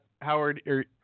Howard